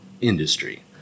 industry